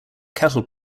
cattle